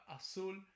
Azul